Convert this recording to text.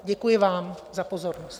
Děkuji vám za pozornost.